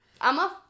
I'ma